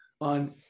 on